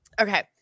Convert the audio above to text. Okay